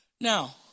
Now